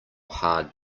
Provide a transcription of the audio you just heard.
hard